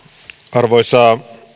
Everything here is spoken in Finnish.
arvoisa